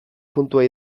puntua